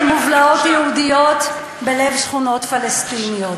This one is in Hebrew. מובלעות יהודיות בלב שכונות פלסטיניות.